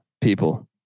people